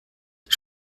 die